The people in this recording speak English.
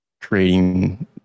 creating